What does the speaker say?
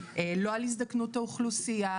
הוא לא מדבר על הזדקנות האוכלוסייה